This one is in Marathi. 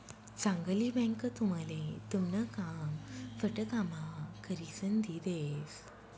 चांगली बँक तुमले तुमन काम फटकाम्हा करिसन दी देस